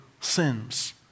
sins